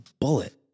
bullet